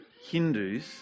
Hindus